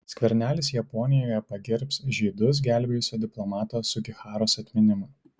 skvernelis japonijoje pagerbs žydus gelbėjusio diplomato sugiharos atminimą